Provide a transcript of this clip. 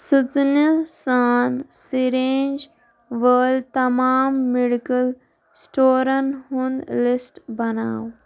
سٕژنہِ سان سِرینٛج وٲلۍ تمام میڈیکل سٹورن ہُنٛد لسٹ بناو